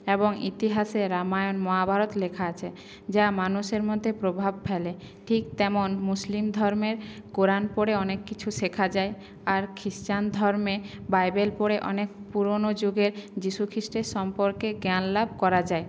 এবং ইতিহাসে রামায়ণ মহাভারত লেখা আছে যা মানুষের মধ্যে প্রভাব ফেলে ঠিক তেমন মুসলিম ধর্মের কোরান পড়ে অনেক কিছু শেখা যায় আর খ্রিস্টান ধর্মে বাইবেল পড়ে অনেক পুরনো যুগের যিশু খ্রিস্টের সম্পর্কে জ্ঞানলাভ করা যায়